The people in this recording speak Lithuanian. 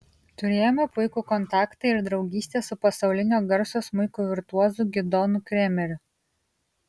turėjome puikų kontaktą ir draugystę su pasaulinio garso smuiko virtuozu gidonu kremeriu